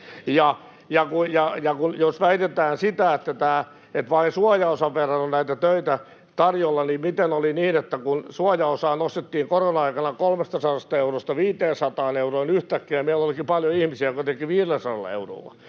Ja jos väitetään, että vain suojaosan verran on näitä töitä tarjolla, niin miten oli niin, että kun suojaosaa nostettiin korona-aikana 300 eurosta 500 euroon, yhtäkkiä meillä olikin paljon ihmisiä, jotka tekivät 500 eurolla?